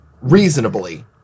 reasonably